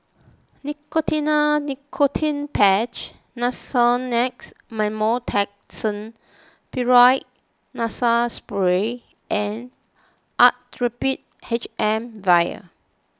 Nicotinell Nicotine Patch Nasonex Mometasone Furoate Nasal Spray and Actrapid H M vial